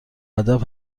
ادب